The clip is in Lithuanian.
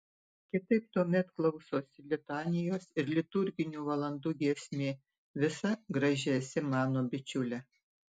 kitaip tuomet klausosi litanijos ir liturginių valandų giesmė visa graži esi mano bičiule